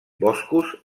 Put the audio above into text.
boscos